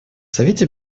совете